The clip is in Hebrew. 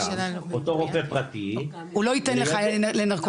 אותו רופא פרטי הוא לא ייתן לך לנרקוטי,